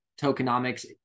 tokenomics